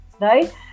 right